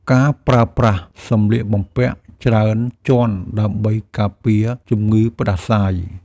ការប្រើប្រាស់សម្លៀកបំពាក់ច្រើនជាន់ដើម្បីការពារជំងឺផ្ដាសាយ។